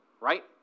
right